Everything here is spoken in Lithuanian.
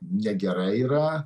negerai yra